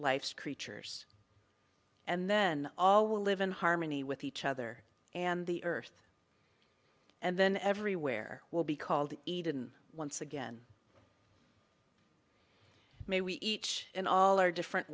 life's creatures and then all will live in harmony with each other and the earth and then everywhere will be called eden once again may we each and all are different